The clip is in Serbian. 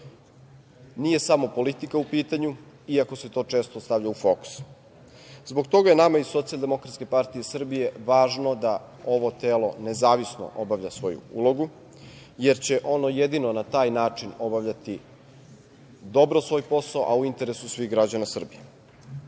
Nije samo politika u pitanju, iako se to često stavlja u fokus. Zbog toga je nama iz SDPS važno da ovo telo nezavisno obavlja svoju ulogu, jer će ono jedino na taj način obavljati dobro svoj posao, a u interesu svih građana Srbije. Zbog